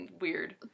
Weird